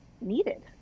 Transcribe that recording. needed